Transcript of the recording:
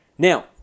Now